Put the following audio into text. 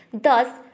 Thus